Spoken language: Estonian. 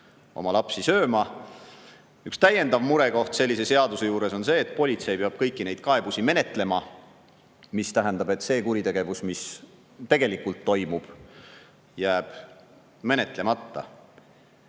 oma lapsi sööma. Üks täiendav murekoht sellise seaduse juures on see, et politsei peab kõiki neid kaebusi menetlema, mis tähendab, et tegelik kuritegevus jääb menetlemata. Ja